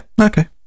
Okay